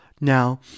Now